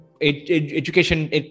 education